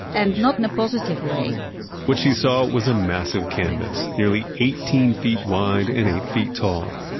and not in a positive way what she saw was a massive canvas, nearly eighteen feet wide and eight feet tall.